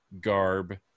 garb